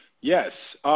Yes